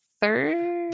third